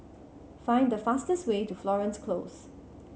find the fastest way to Florence Close